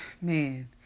man